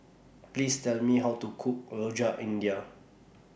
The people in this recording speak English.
Please Tell Me How to Cook Rojak India